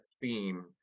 theme